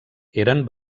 eren